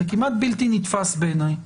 זה כמעט בלתי נתפס בעיניי.